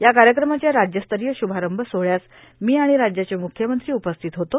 या कार्यक्रमाच्या राज्यस्तरीय श्भारंभ सोहळ्यास मी आणि राज्याचे म्ख्यमंत्री उपस्थित होतो